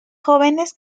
jóvenes